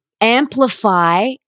amplify